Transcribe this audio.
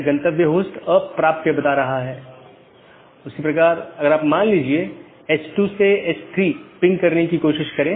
जैसा कि हमने देखा कि रीचैबिलिटी informations मुख्य रूप से रूटिंग जानकारी है